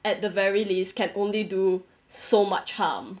at the very least can only do so much harm